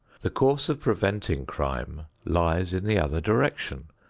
the course of preventing crime lies in the other direction,